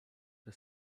the